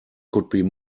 could